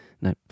no